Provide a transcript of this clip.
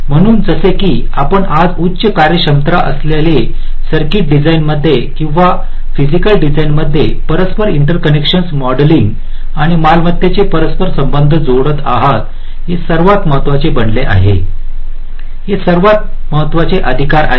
म्हणून जसे की आपण आज उच्च कार्यक्षमता असलेल्या सर्किट डिझाइनमध्ये किंवा फयसीकल डिझाइनमध्ये परस्पर इंटरकनेक्शन्स मॉडेलिंग आणि मालमत्तेचे परस्पर संबंध जोडत आहात हे सर्वात महत्वाचे बनले आहे हे सर्वात महत्वाचे अधिकार आहे